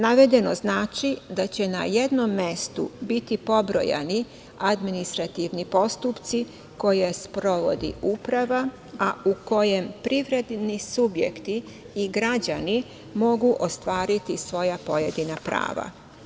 Navedeno znači da će na jednom mestu biti pobrojani administrativni postupci koje sprovodi uprava, a u kojem privredni subjekti i građani mogu ostvariti svoja pojedina prava.